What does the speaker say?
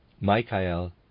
Michael